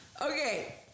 Okay